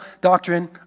doctrine